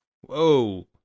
Whoa